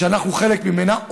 שאנחנו חלק ממנה,